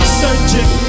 searching